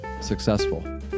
successful